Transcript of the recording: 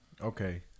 Okay